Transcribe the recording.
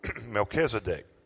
Melchizedek